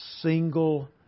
single